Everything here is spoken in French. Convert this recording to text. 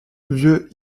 vieux